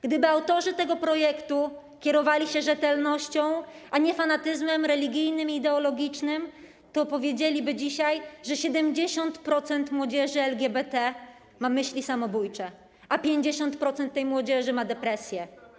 Gdyby autorzy tego projektu kierowali się rzetelnością, a nie fanatyzmem religijnym i ideologicznym, to powiedzieliby dzisiaj, że 70% młodzieży LGBT ma myśli samobójcze, a 50% tej młodzieży ma depresję.